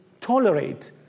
tolerate